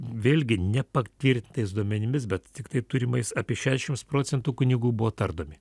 vėlgi nepatvirtintais duomenimis bet tiktai turimais apie šešiasdešims procentų kunigų buvo tardomi